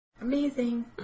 Amazing